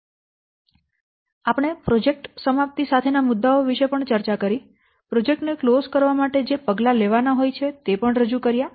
આપણે પ્રોજેક્ટ સમાપ્તિ સાથેના મુદ્દાઓ વિશે પણ ચર્ચા કરી પ્રોજેક્ટ ને ક્લોઝ કરવા માટે જે પગલાં લેવાના હોય છે તે પણ રજૂ કર્યા